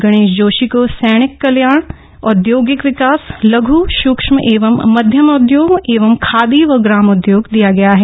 गणेश जोशी को सैनिक कल्याण औद्योगिक विकास लघ् सूक्ष्म एवं मध्यम उद्योग एवं खादी व ग्रामोद्योग दिया गया है